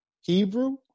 Hebrew